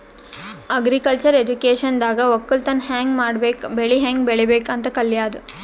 agriculture ಎಜುಕೇಶನ್ದಾಗ್ ವಕ್ಕಲತನ್ ಹ್ಯಾಂಗ್ ಮಾಡ್ಬೇಕ್ ಬೆಳಿ ಹ್ಯಾಂಗ್ ಬೆಳಿಬೇಕ್ ಅಂತ್ ಕಲ್ಯಾದು